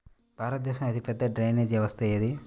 భారతదేశంలో అతిపెద్ద డ్రైనేజీ వ్యవస్థ ఏది?